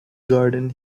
garden